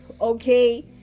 Okay